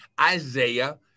Isaiah